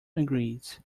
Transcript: agrees